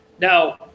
Now